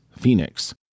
Phoenix